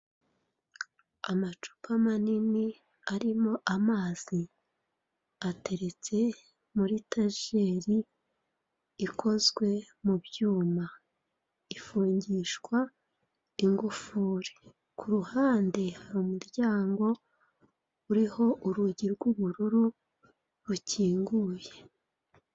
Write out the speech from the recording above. Amacupa manini arimo amazi ateretse muri tajeri ikozwe mu byuma ifungisha ingufuri k'uruhande umuryango umuryango uriho urugi rw'ubururu rukinguye.